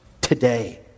today